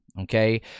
Okay